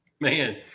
man